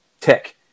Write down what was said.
Tech